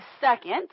second